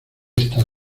estar